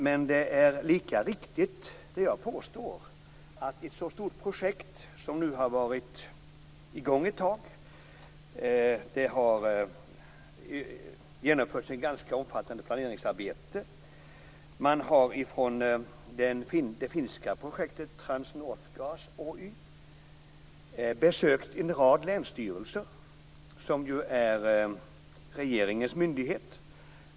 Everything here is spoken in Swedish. Men det är lika riktigt som jag påstår att ett stort projekt nu har varit i gång ett tag. Det har genomförts ett ganska omfattande planeringsarbete. Man har från det finska projektet North Transgas Oy besökt en rad länsstyrelser som ju är regeringens myndighet.